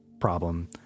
problem